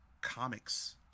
comics